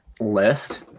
list